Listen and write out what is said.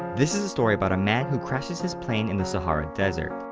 this is a story about a man who crashes his plane in the sahara desert.